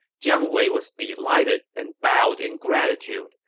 jiang wei was delighted and bowed in gratitude.